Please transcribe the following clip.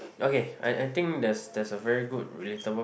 okay I I think there's there's a very good relatable